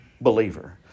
believer